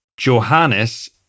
Johannes